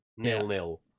Nil-nil